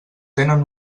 tenen